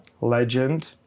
legend